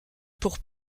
pour